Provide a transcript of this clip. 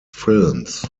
films